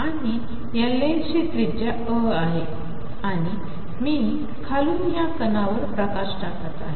आणियालेन्सचीत्रिज्याअआहेआणिमीखालूनयाकणावरप्रकाशटाकतआहे